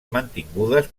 mantingudes